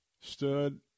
stood